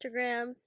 Instagrams